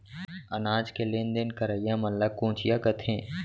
अनाज के लेन देन करइया मन ल कोंचिया कथें